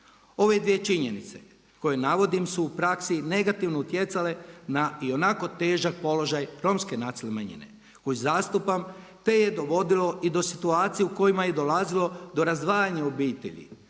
Ove dvije činjenice koje navodim su u praksi negativno utjecale na i onako težak položaj Romske nacionalne manjine koju zastupam te je dovodilo i do situacije u kojima je dolazilo do razdvajanja obitelj,